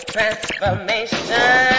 Transformation